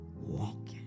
walking